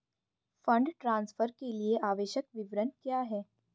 Fund transfer के लिए आवश्यक विवरण क्या हैं?